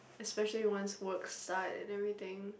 especially once work start and everything